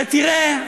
נא לסיים, בבקשה.